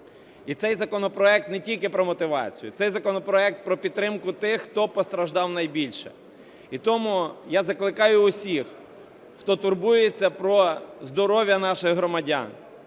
І цей законопроект не тільки про мотивацію, цей законопроект про підтримку тих, хто постраждав найбільше. І тому я закликаю всіх, хто турбується про здоров'я наших громадян,